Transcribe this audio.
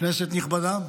כנסת נכבדה.